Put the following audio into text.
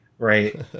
right